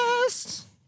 best